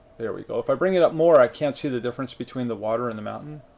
there we go. if i bring it up more, i can't see the difference between the water and the mountain,